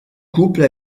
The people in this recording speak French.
couple